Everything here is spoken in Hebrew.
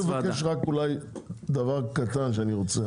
אני מבקש רק אולי דבר קטן שאני רוצה,